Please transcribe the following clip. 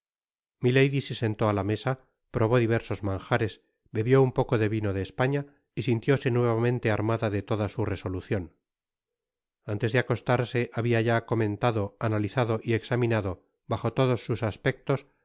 milady se sentó á la mesa probó diversos manjares bebió un poco de vino de españa y sintióse nuevamente armada de toda su resolucion antes de acostarse habia ya comentado analizado y examinado bajo todos sus aspectos